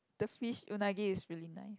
the fish unagi is really nice